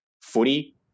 footy